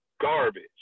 garbage